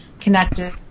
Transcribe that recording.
connected